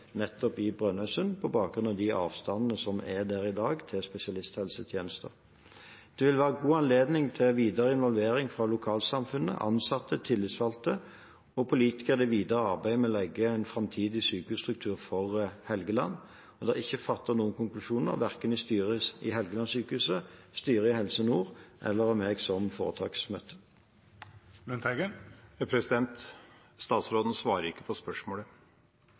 nettopp i Brønnøysund, på bakgrunn av de avstandene til spesialisthelsetjenester som er der i dag. Det vil være god anledning til videre involvering fra lokalsamfunnet, ansatte, tillitsvalgte og politikere i det videre arbeidet med å legge en framtidig sykehusstruktur for Helgeland. Det er ikke fattet noen konklusjoner, verken av styret i Helgelandssykehuset, av styret i Helse Nord eller av meg som foretaksmøte. Statsråden svarer ikke på spørsmålet.